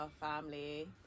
family